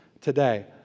today